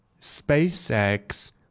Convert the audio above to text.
SpaceX